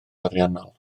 ariannol